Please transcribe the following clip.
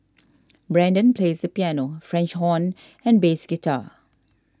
Brendan plays the piano French horn and bass guitar